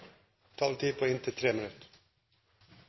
taletid på inntil 3 minutter.